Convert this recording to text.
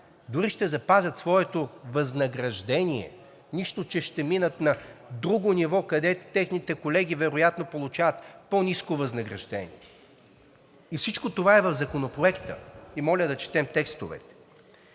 дори ще запазят своето възнаграждение, нищо, че ще минат на друго ниво, където техните колеги вероятно получават по-ниско възнаграждение. Всичко това е в Законопроекта и моля да четем текстовете.